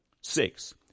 Six